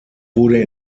wurde